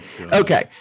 Okay